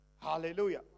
Hallelujah